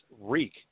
reek